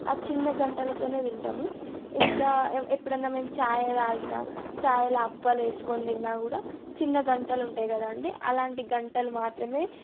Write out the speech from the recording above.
ఆ చిన్న గంటెలతోనే తింటాము ఇంకా ఎప్పుడన్నా మేము చాయ్ తాగిన చాయ్లో అప్పాలు వేసుకున్నా తిన్నా కూడా చిన్న గంటెలు ఉంటాయి కదండీ అలాంటి గంటలు మాత్రమే